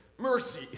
Mercy